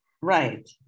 Right